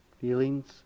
feelings